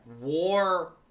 war